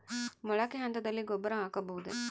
ಮೊಳಕೆ ಹಂತದಲ್ಲಿ ಗೊಬ್ಬರ ಹಾಕಬಹುದೇ?